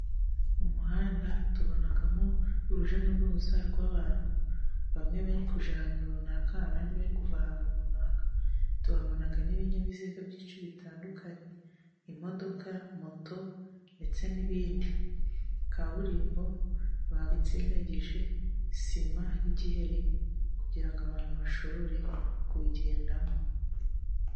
Mu muhanda tubonamo urujya n'uruza rw'abantu bamwe bari kujya ahantu runaka, abandi bari kuva ahantu runaka. Tubona n'ibinyabiziga byinshi bitandukanye, imodoka, moto ndetse n'ibindi kaburimbo bawutsindagije sima y'igiheri kugira ngo abantu bashobore kubigendamo.